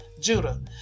Judah